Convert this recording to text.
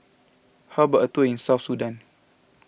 how about a tour in South Sudan